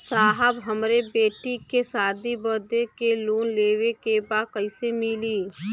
साहब हमरे बेटी के शादी बदे के लोन लेवे के बा कइसे मिलि?